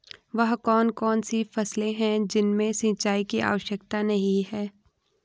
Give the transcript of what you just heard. वह कौन कौन सी फसलें हैं जिनमें सिंचाई की आवश्यकता नहीं है?